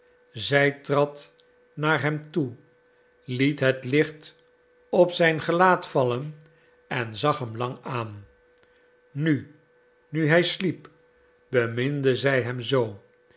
zij trad naar hem toe liet het licht op zijn gelaat vallen en zag hem lang aan nu nu hij sliep beminde zij hem zoo